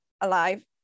alive